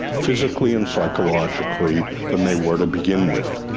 physically and psychologically, than they were to begin with.